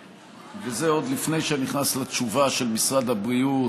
וזה עוד לפני שאני נכנס לתשובה של משרד הבריאות,